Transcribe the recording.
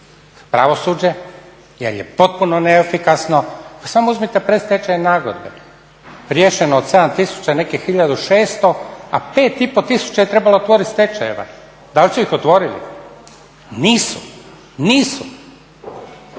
pravosuđe jer je potpuno neefikasno. Pa samo uzmite predstečajne nagodbe, riješeno od 7000 nekih 1600 a 5500 je trebalo otvoriti stečajeva. Da li su ih otvorili? Nisu, nisu.